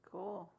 Cool